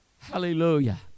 Hallelujah